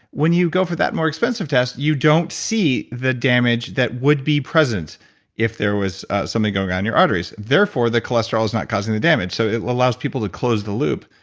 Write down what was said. when you go for that more expensive test, you don't see the damage that would be present if there was something going on in your arteries. therefore the cholesterol is not causing the damage, so it allows people to close the loop.